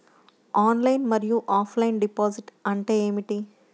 Online మరియు offline deposit అంటే ఏమిటి?